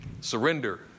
Surrender